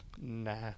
Nah